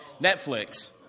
Netflix